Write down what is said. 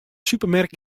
supermerk